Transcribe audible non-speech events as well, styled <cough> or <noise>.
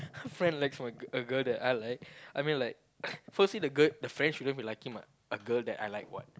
a friend likes a a girl that I like I mean like <noise> firstly the girl the friend shouldn't be liking a girl that I like what